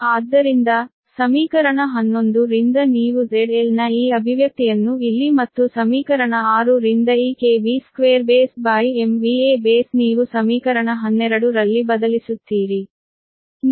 ಆದ್ದರಿಂದ ಸಮೀಕರಣ 11 ರಿಂದ ನೀವು ZL ನ ಈ ಅಭಿವ್ಯಕ್ತಿಯನ್ನು ಇಲ್ಲಿ ಮತ್ತು ಸಮೀಕರಣ 6 ರಿಂದ ಈ B2B ನೀವು ಸಮೀಕರಣ 12 ರಲ್ಲಿ ಬದಲಿಸುತ್ತೀರಿ